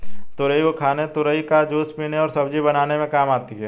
तुरई को खाने तुरई का जूस पीने और सब्जी बनाने में काम आती है